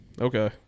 okay